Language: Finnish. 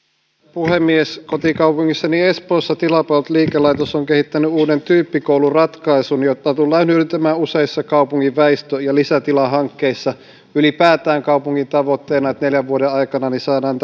puhemies kotikaupungissani espoossa tilapalvelut liikelaitos on kehittänyt uuden tyyppikouluratkaisun jota tullaan hyödyntämään useissa kaupungin väistö ja lisätilahankkeissa ylipäätään kaupungin tavoitteena on että neljän vuoden aikana saadaan